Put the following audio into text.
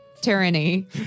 tyranny